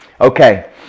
Okay